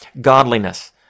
godliness